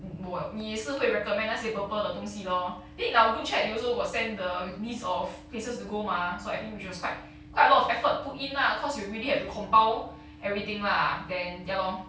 你也是会 recommend 那些 purple 的东西 lor then in our group chat you also got send the list of places to go mah so I think we just quite quite a lot of effort put in lah cause you really have to compile everything lah then ya lor